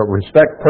respect